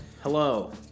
hello